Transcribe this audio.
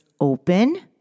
open